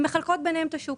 אלא מחלקים ביניהם את השוק.